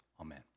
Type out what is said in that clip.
amen